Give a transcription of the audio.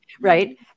right